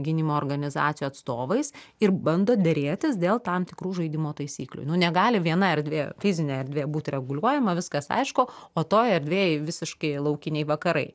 gynimo organizacijų atstovais ir bando derėtis dėl tam tikrų žaidimo taisyklių nu negali viena erdvė fizinė erdvė būt reguliuojama viskas aišku o toj erdvėj visiškai laukiniai vakarai